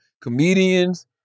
comedians